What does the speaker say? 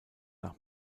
nach